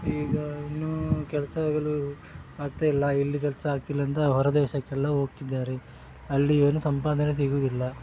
ಈಗ ಇನ್ನು ಕೆಲ್ಸಗಳು ಆಗ್ತಾ ಇಲ್ಲ ಇಲ್ಲಿ ಕೆಲಸ ಆಗ್ತಿಲ್ಲ ಅಂತ ಹೊರ ದೇಶಕ್ಕೆಲ್ಲ ಹೋಗ್ತಿದ್ದಾರೆ ಅಲ್ಲಿ ಏನು ಸಂಪಾದನೆ ಸಿಗೋದಿಲ್ಲ